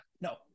No